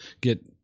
get